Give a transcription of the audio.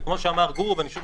וכמו שאמר גור בליי ושוב,